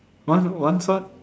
once once what